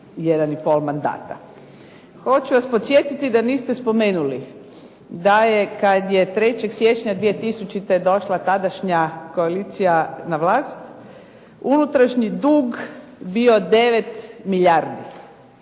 pol mandata. Hoću vas podsjetiti da niste spomenuli da je kada je 3. siječnja 2000. došla tadašnja koalicija na vlast, unutrašnji dug bio 9 milijardi.